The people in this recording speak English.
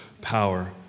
power